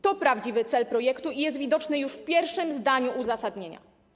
To prawdziwy cel projektu i jest widoczny już w pierwszym zdaniu uzasadnienia.